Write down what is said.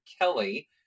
Kelly